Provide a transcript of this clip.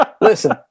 Listen